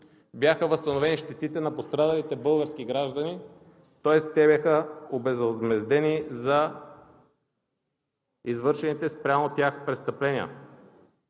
бяха възстановени щетите на пострадалите български граждани, тоест те бяха овъзмездени за извършените спрямо тях престъпления.